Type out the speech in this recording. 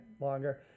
longer